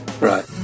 right